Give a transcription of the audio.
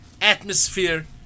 atmosphere